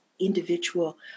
individual